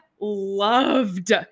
loved